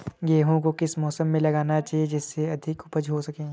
गेहूँ को किस मौसम में लगाना चाहिए जिससे अच्छी उपज हो सके?